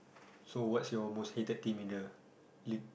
so what's your most hated team in the league